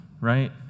right